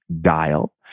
dial